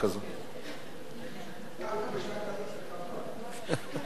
7 בנוסח המונח לפניכם, של חברי הכנסת גלאון,